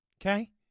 Okay